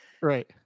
right